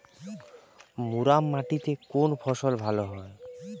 মুরাম মাটিতে কোন ফসল ভালো হয়?